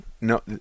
no